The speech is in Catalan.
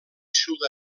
sud